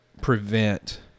prevent